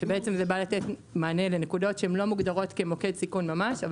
שזה בא לתת מענה לנקודות שהן לא מוגדרות כמוקד סיכון ממש אבל